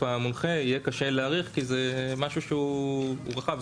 המונחה יהיה קשה להעריך כי זה משהו שהוא רחב.